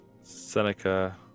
Seneca